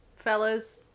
Fellas